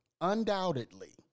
undoubtedly